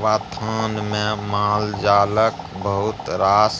बथानमे मालजालक बहुत रास